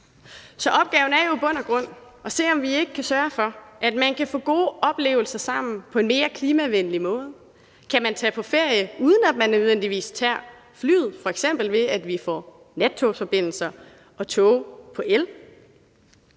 Så opgaven er jo i bund og grund at se, om vi ikke kan sørge for, at man kan få gode oplevelser sammen på en mere klimavenlig måde. Kan man tage på ferie, uden at man nødvendigvis tager flyet, f.eks. ved at vi får nattogsforbindelser og toge på el?